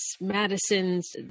Madison's